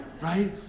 right